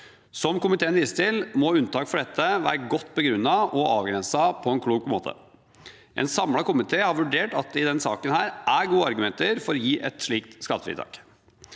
Som komiteen viser til, må unntak fra dette være godt begrunnet og avgrenset på en klok måte. En samlet komité har vurdert at det i denne saken er gode argumenter for å gi et slikt skattefritak.